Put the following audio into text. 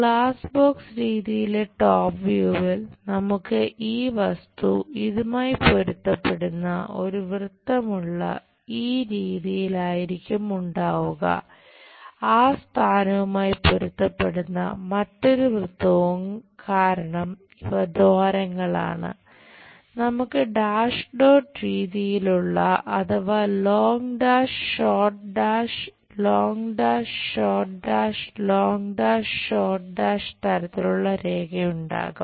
glass box long dash short dash long dash short dash തരത്തിലുള്ള രേഖ ഉണ്ടാകും